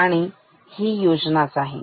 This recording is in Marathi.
आणि ही योजना आहे